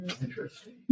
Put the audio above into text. Interesting